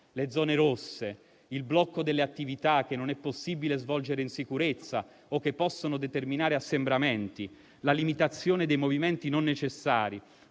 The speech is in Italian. le zone rosse, il blocco delle attività che non è possibile svolgere in sicurezza o che possono determinare assembramenti, la limitazione dei movimenti non necessari,